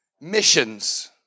missions